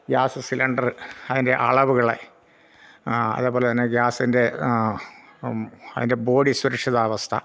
gas cylinder അതിൻ്റെ അളവുകളെ അതേപോലെ തന്നെ ഗ്യാസിൻ്റെ അതിൻ്റെ ബോഡി സുരക്ഷിതാവസ്ഥ